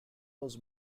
was